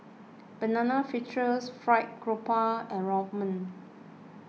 Banana Fritters Fried Grouper and Rawon